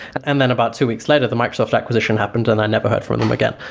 and then about two weeks later, the microsoft acquisition happened and i never heard from them again.